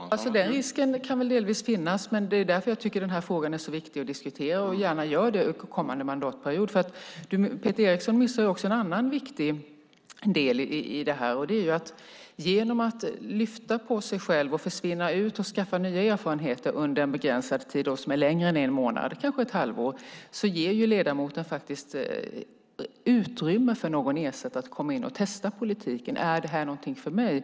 Herr talman! Den risken kan väl delvis finnas, och det är därför jag tycker att den här frågan är så viktig att diskutera och gärna gör det under mandatperioden. Peter Eriksson missar en annan viktig del, och det är att genom att lyfta på sig själv, försvinna ut och skaffa nya erfarenheter under en begränsad tid som är längre än en månad, kanske ett halvår, ger ledamoten faktiskt utrymme för någon ersättare att komma in och testa politiken: Är det här någonting för mig?